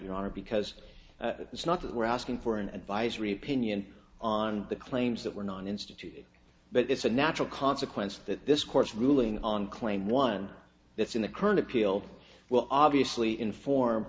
honor because it's not that we're asking for an advisory opinion on the claims that were known instituted but it's a natural consequence that this court's ruling on claim one this in the current appeal well obviously inform